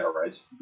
right